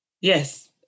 Yes